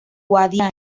guadiana